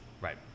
Right